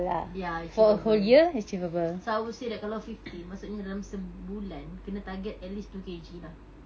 ya achievable so I would say that kalau fifteen maksudnya dalam sebulan kena target at least two K_G lah